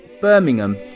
Birmingham